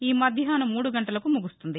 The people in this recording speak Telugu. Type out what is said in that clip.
ఈ మధ్యాహ్నం మూడు గంటలకు ముగుస్తుంది